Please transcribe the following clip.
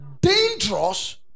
dangerous